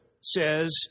says